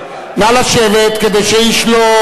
כן,